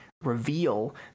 reveal